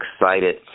excited